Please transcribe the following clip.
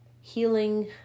healing